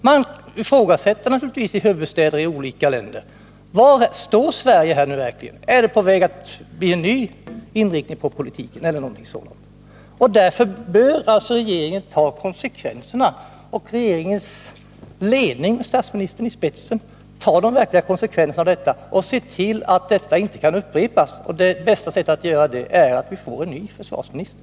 Man ifrågasätter naturligtvis i huvudstäder i olika länder var Sverige verkligen står och undrar om det är på väg att bli en ny inriktning av politiken. Därför bör regeringen och dess ledning, med statsministern i spetsen, ta de verkliga konsekvenserna och se till att detta inte kan upprepas. Och det bästa sättet är att se till att vi får en ny försvarsminister.